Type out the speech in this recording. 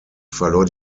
verlor